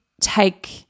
take